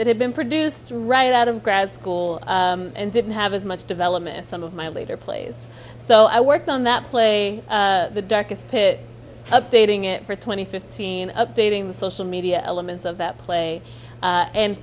it had been produced right out of grad school and didn't have as much development as some of my later plays so i worked on that play the darkest period updating it for twenty fifteen updating the social media elements of that play a